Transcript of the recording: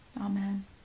Amen